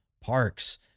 parks